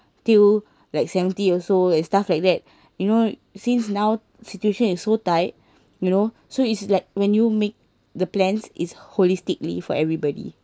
till like seventy years old and stuff like that you know since now situation is so tight you know so it's like when you make the plans is holisticly for everybody